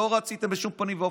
לא רציתם בשום פנים ואופן.